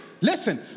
listen